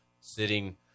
sitting